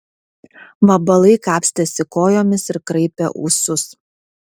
vabalai kapstėsi kojomis ir kraipė ūsus